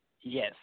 Yes